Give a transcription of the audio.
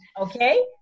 okay